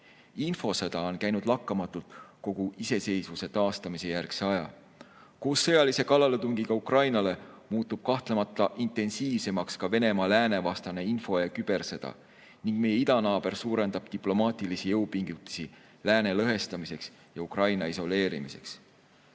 Infosõda on käinud lakkamatult kogu iseseisvuse taastamise järgse aja. Koos sõjalise kallaletungiga Ukrainale muutub kahtlemata intensiivsemaks ka Venemaa läänevastane info- ja kübersõda ning meie idanaaber suurendab diplomaatilisi jõupingutusi lääne lõhestamiseks ja Ukraina isoleerimiseks.